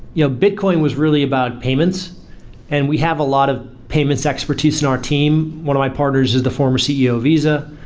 you know bitcoin was really about payments and we have a lot of payments expertise in our team. one of my partners is the former ceo of visa.